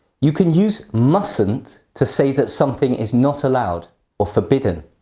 you can use mustn't to say that something is not allowed or forbidden.